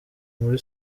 muri